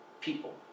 People